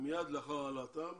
ומייד לאחר העלאתם